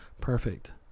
perfect